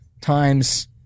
times